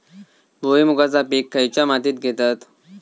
भुईमुगाचा पीक खयच्या मातीत घेतत?